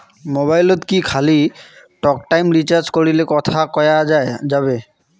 মোবাইলত কি খালি টকটাইম রিচার্জ করিলে কথা কয়া যাবে?